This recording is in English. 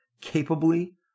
Capably